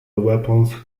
weapons